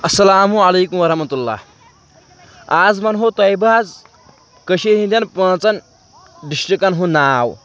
اَسَلامُ علیکُم وَرحمتُہ اللہ آز وَنہو تۄہہِ بہٕ حظ کٔشیٖر ہِنٛدٮ۪ن پانٛژَن ڈِسٹِرٛکَن ہُنٛد ناو